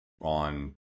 on